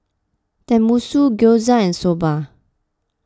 Tenmusu Gyoza and Soba